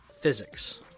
physics